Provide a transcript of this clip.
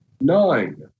nine